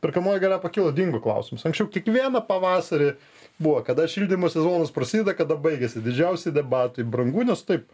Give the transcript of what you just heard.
perkamoji galia pakilo dingo klausimas anksčiau kiekvieną pavasarį buvo kada šildymo sezonas prasideda kada baigiasi didžiausi debatai brangu nes taip